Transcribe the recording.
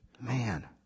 Man